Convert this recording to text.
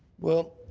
well,